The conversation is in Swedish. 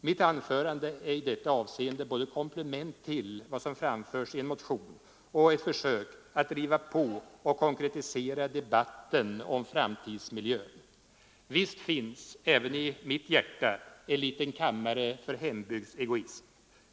Mitt anförande är i detta avseende både ett komplement till vad som framförts i en motion och ett försök att driva på och konkretisera debatten om framtidsmiljön. Visst finns även i mitt hjärta en liten kammare för hembygdsegoism.